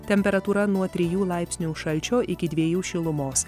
temperatūra nuo trijų laipsnių šalčio iki dviejų šilumos